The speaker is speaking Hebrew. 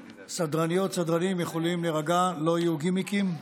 סדרניות, סדרנים, יכולים להירגע, לא יהיו גימיקים.